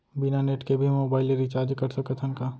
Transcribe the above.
बिना नेट के भी मोबाइल ले रिचार्ज कर सकत हन का?